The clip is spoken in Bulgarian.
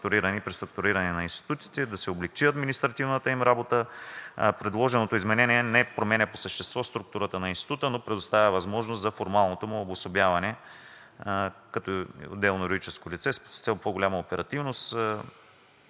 да се облекчи административната им работа. Предложеното изменение не променя по същество структурата на института, но предоставя възможност за формалното му обособяване като отделно юридическо лице с цел по-голяма оперативност